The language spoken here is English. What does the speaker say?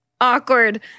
Awkward